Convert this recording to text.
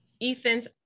Ethan's